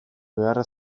beharra